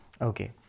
Okay